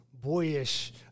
boyish